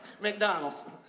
McDonald's